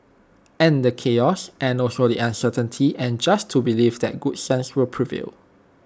and the chaos and also the uncertainty and just to believe that good sense will prevail